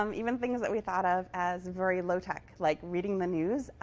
um even things that we thought of as very low-tech, like reading the news.